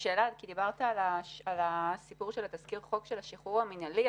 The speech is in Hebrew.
שאלה כי דיברת על תזכיר החוק לגבי השחרור המינהלי.